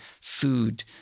food